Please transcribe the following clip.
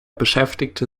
beschäftigte